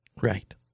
Right